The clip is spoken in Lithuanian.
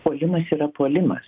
puolimas yra puolimas